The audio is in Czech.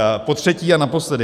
Tak potřetí a naposledy.